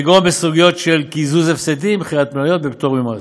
כגון בסוגיות של קיזוז הפסדים ומכירת מניות בפטור ממס.